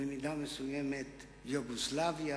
במידה מסוימת יוגוסלביה